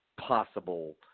possible